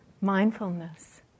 Mindfulness